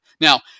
Now